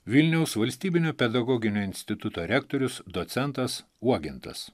vilniaus valstybinio pedagoginio instituto rektorius docentas uogintas